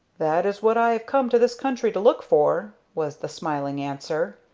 that is what i have come to this country to look for, was the smiling answer.